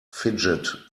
fidget